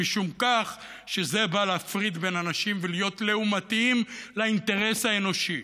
משום שזה בא להפריד בין אנשים ולהיות לעומתיים לאינטרס האנושי.